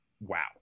wow